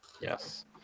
Yes